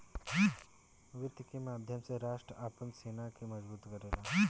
वित्त के माध्यम से राष्ट्र आपन सेना के मजबूत करेला